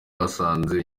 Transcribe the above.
basanze